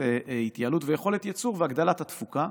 התייעלות ויכולת ייצור והגדלת התפוקה.